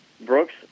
Brooks